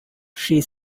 she